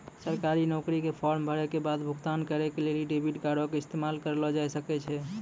सरकारी नौकरी के फार्म भरै के बाद भुगतान करै के लेली डेबिट कार्डो के इस्तेमाल करलो जाय सकै छै